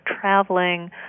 traveling